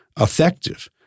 effective